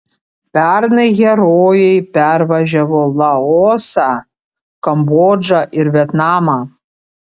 pernai herojai pervažiavo laosą kambodžą ir vietnamą